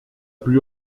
plus